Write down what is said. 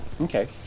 okay